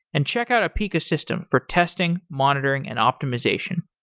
and check out apica system for testing, monitoring, and optimization.